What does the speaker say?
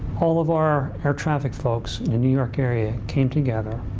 all of our air traffic folks in the new york area came together